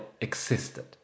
existed